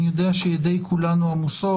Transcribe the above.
אני יודע שידי כולנו עמוסות.